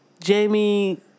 Jamie